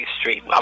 Street